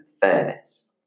fairness